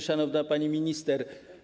Szanowna Pani Minister!